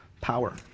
Power